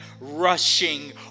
rushing